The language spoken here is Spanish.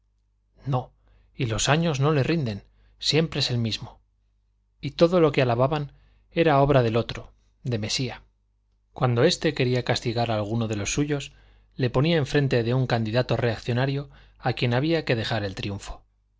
no y los años no le rinden siempre es el mismo y todo lo que alababan era obra del otro de mesía cuando este quería castigar a alguno de los suyos le ponía enfrente de un candidato reaccionario a quien había que dejar el triunfo